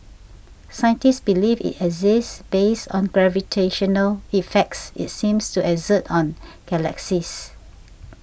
scientists believe it exists based on gravitational effects it seems to exert on galaxies